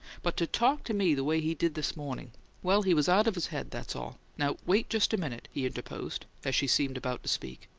but to talk to me the way he did this morning well, he was out of his head that's all! now, wait just a minute, he interposed, as she seemed about to speak.